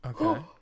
Okay